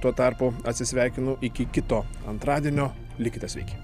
tuo tarpu atsisveikinu iki kito antradienio likite sveiki